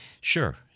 Sure